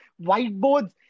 whiteboards